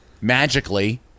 magically